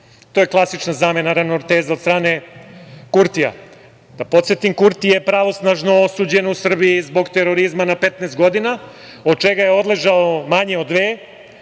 To je klasična zamena teza od strane Kurtija. Da podsetim, Kurti je pravosnažno osuđen u Srbiji zbog terorizma na 15 godina, od čega je odležao manje od dve,